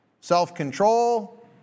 self-control